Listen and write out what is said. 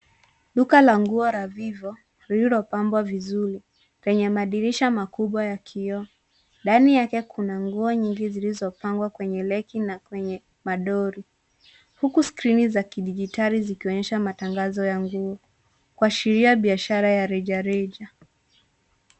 Duka la nguo la Vivo, lililopambwa vizuri, kwenye madirisha makubwa ya kioo. Ndani yake kuna nguo nyingi zilizopangwa kwenye reki na kwenye madoli, huku skirini za kidijitali zikionyesha matangazo ya nguo, kuashiria biashara ya rejareja.